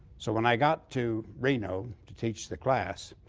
so when i got to reno to teach the class,